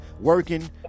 working